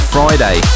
Friday